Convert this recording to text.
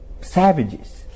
savages